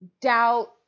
doubt